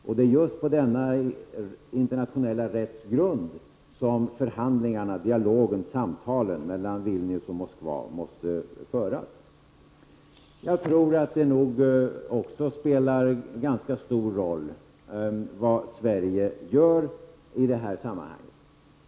Och det är just på denna internationella rätts grund som förhandlingarna och samtalen mellan Vilnius och Moskva måste föras. Jag tror också att det nog spelar ganska stor roll vad Sverige gör i det här sammanhanget.